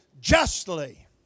justly